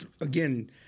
again—